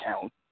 count